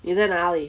你在哪里